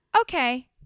Okay